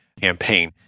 campaign